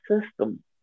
system